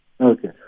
Okay